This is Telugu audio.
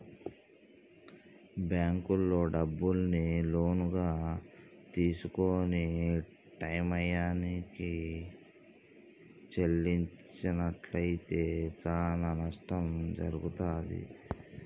బ్యేంకుల్లో డబ్బుని లోనుగా తీసుకొని టైయ్యానికి చెల్లించనట్లయితే చానా నష్టం జరుగుతాది